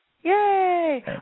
Yay